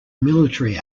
military